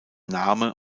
name